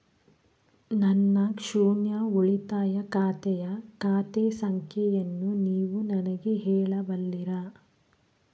ನನ್ನ ಶೂನ್ಯ ಉಳಿತಾಯ ಖಾತೆಯ ಖಾತೆ ಸಂಖ್ಯೆಯನ್ನು ನೀವು ನನಗೆ ಹೇಳಬಲ್ಲಿರಾ?